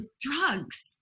drugs